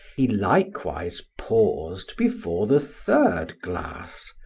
he likewise paused before the third glass,